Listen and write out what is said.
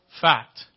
fact